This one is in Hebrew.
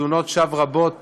לתלונות שווא רבות